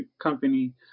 company